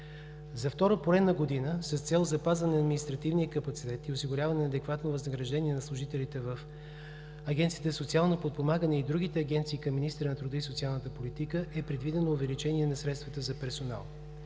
За втора поредна година, с цел запазване на административния капацитет и осигуряване на адекватно възнаграждение на служителите в Агенцията за социално подпомагане и другите агенции към министъра на труда и социалната политика, е предвидено увеличение на средствата за персонала.